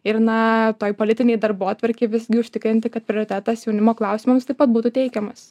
ir na toj politinėje darbotvarkėj visgi užtikrinti kad prioritetas jaunimo klausimams taip pat būtų teikiamas